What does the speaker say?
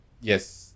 Yes